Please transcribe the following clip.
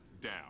down